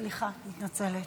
סליחה, מתנצלת.